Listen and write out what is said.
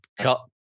cut